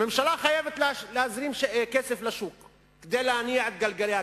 הממשלה חייבת להזרים כסף לשוק כדי להניע את גלגלי הכלכלה.